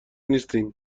نیستین